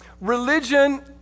Religion